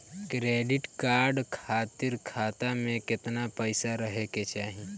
Credit card खातिर खाता में केतना पइसा रहे के चाही?